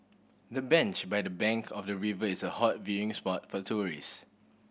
the bench by the bank of the river is a hot viewing spot for tourist